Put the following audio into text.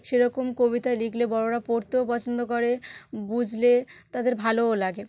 সেরকম কবিতা লিখলে বড়োরা পড়তেও পছন্দ করে বুঝলে তাদের ভালোও লাগে